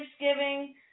Thanksgiving